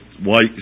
white